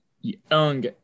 young